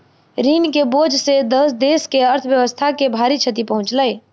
ऋण के बोझ सॅ देस के अर्थव्यवस्था के भारी क्षति पहुँचलै